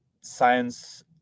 science